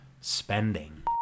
spending